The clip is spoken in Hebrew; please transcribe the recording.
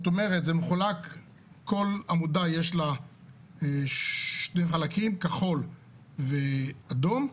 כל עמודה, יש לה שני חלקים, כחול ואדום.